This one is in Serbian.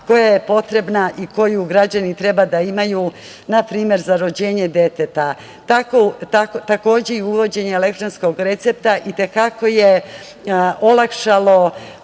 koja je potrebna i koju građani treba da imaju na primer za rođenje deteta. Takođe, i uvođenje elektronskog recepta i te kako je olakšalo